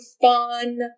fun